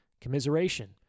commiseration